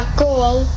goal